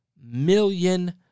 million